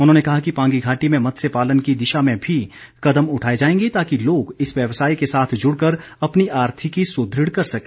उन्होंने कहा कि पांगी घाटी में मत्सय पालन की दिशा में भी कदम उठाए जाएंगे ताकि लोग इस व्यवसाय के साथ जूड़ कर अपनी आर्थिकी सुद्रड़ कर सके